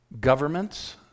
governments